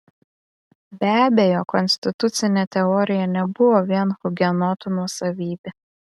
be abejo konstitucinė teorija nebuvo vien hugenotų nuosavybė